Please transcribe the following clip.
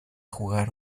jugar